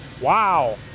Wow